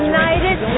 United